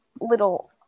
little